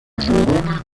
سرمایهگذارنی